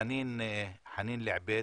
חנין אלעביד,